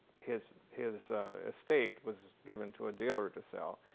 his his estate was given to a dealer to sell.